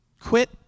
Quit